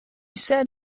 said